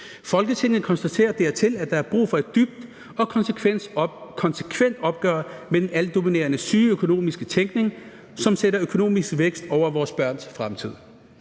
Folketinget konstaterer dertil, at der er brug for et dybt og konsekvent opgør med den altdominerende syge økonomiske tænkning, som sætter økonomisk vækst over vores børns fremtid.